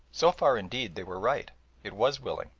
so far, indeed, they were right it was willing,